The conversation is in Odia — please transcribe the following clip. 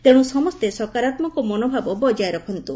ତେଣୁ ସମସ୍ତେ ସକାରାତ୍ମକ ମନୋଭାବ ବଜାୟ ରଖନ୍ତୁ